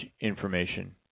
information